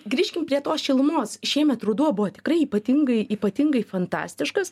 grįžkim prie tos šilumos šiemet ruduo buvo tikrai ypatingai ypatingai fantastiškas